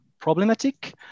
problematic